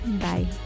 bye